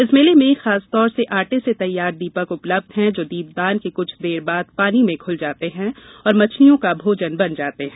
इस मेले में खासतौर से आटे से तैयार दीपक उपलब्ध हैं जो दीपदान के कृछ देर बाद पानी में घूल जाते हैं और मछलियों का भोजन बन जाते हैं